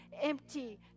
empty